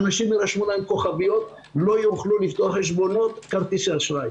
לאנשים יירשמו כוכביות והם לא יוכלו לפתוח חשבונות כרטיסי אשראי.